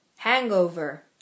Hangover